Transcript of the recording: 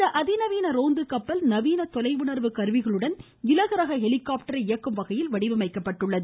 இந்த அதி நவீன ரோந்து கப்பல் நவீன தொலை உணர்வு கருவிகளுடன் இலகு ரக ஹெலிகாப்டரை இயக்கும் வகையில் வடிவமைக்கப்பட்டுள்ளது